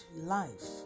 life